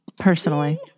Personally